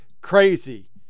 crazy